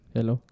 Hello